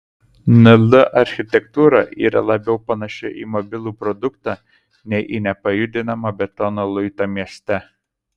nl architektūra yra labiau panaši į mobilų produktą nei į nepajudinamą betono luitą mieste